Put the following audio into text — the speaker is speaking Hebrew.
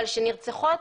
אבל שנרצחות,